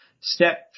step